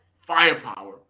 firepower